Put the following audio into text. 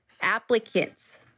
applicants